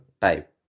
type